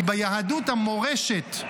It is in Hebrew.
כי ביהדות, המורשת,